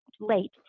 late